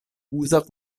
uzas